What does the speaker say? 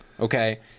okay